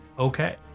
Okay